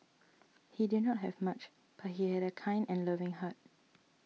he did not have much but he had a kind and loving heart